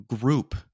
group